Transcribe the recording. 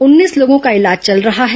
उन्नीस लोगों का इलाज चल रहा है